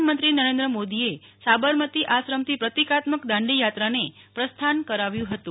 પ્રધાનમંત્રી નરેન્દ્ર મોદીએ સાબરમતી આશ્રમથી પ્રતીકાત્મક દાંડી યાત્રાને પ્રસ્થાન કરાવ્યું હતું